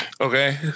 Okay